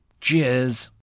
Cheers